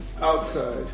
outside